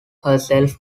herself